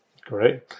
Great